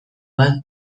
bat